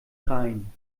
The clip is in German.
rhein